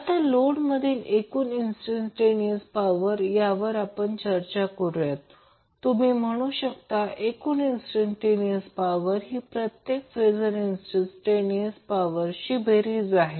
आता लोड मधील एकूण इंस्टंटटेनियर्स पॉवर यावर चर्चा करूया तुम्ही म्हणू शकता एकूण इंस्टंटटेनियर्स पॉवर ही प्रत्येकी फेजर इंस्टंटटेनियर्स पॉवर बेरीज आहे